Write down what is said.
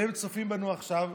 והם צופים בנו עכשיו,